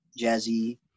jazzy